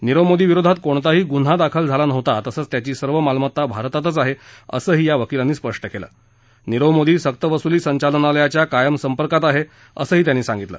नीरव मोदी विरोधात कोणताही गुन्हा दाखल झाला नव्हता तसंच त्याची सर्व मालमत्ता भारतातच आहे असं या वकीलानी स्पष्ट केलं नीरव मोदी सक्त वसुली संचालनालयाच्या संपर्कात आहे असंही या वकीलांनी सांगितलं